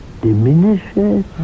diminishes